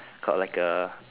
called like a